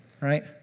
Right